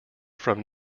from